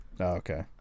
Okay